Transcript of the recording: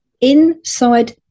inside